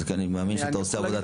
כי אני מאמין שאתה עושה עבודת קודש.